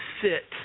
sit